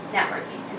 Networking